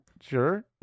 Sure